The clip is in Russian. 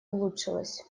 улучшилась